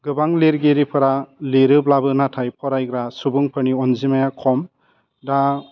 गोबां लिरगिरिफोरा लिरोब्लाबो नाथाय फरायग्रा सुबुंफोरनि अनजिमाया खम दा